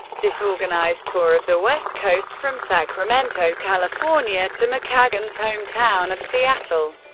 disorganized tour of the west coast, from sacramento, california, to mckagan's hometown of seattle,